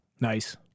Nice